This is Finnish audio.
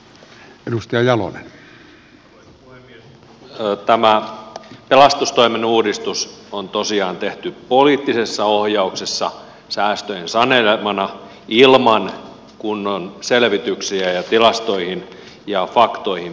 tämä pelastustoimen uudistus on tosiaan tehty poliittisessa ohjauksessa säästöjen sanelemana ilman kunnon selvityksiä ja tilastoihin ja faktoihin perustuvaa tietoa